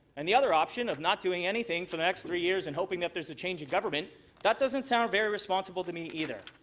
and the other option of not doing anything for the next three years and hoping there's a change in government that doesn't sound very responsible to me either.